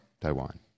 Taiwan